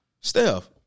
Steph